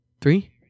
Three